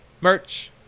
Merch